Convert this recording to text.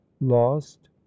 lost